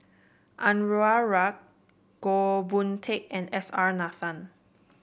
Anwarul Haque Goh Boon Teck and S R Nathan